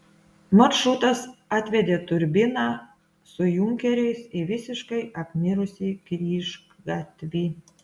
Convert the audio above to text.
maršrutas atvedė turbiną su junkeriais į visiškai apmirusį kryžgatvį